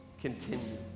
continue